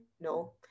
No